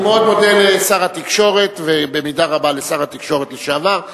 אני מאוד מודה לשר התקשורת ובמידה רבה לשר התקשורת לשעבר ולשואלים.